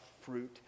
fruit